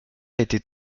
était